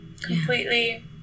completely